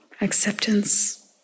Acceptance